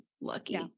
lucky